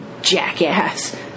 jackass